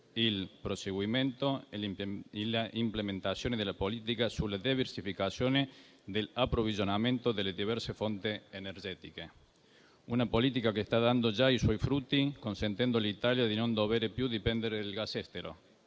il proseguimento e l'implementazione della politica sulla diversificazione dell'approvvigionamento delle diverse fonti energetiche. È una politica che sta già dando i suoi frutti, consentendo all'Italia di non dipendere più dal gas russo,